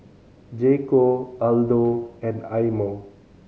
J Co Aldo and Eye Mo